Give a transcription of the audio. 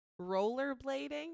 Rollerblading